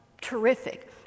terrific